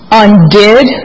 undid